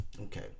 Okay